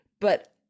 But-